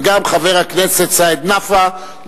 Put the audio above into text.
וגם חבר הכנסת סעיד נפאע,